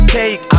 cake